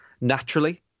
Naturally